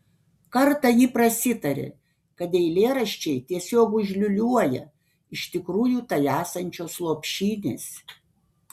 kartą ji prasitarė kad eilėraščiai tiesiog užliūliuoją iš tikrųjų tai esančios lopšinės